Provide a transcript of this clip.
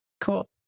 Cool